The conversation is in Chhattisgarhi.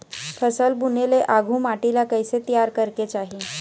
फसल बुने ले आघु माटी ला कइसे तियार करेक चाही?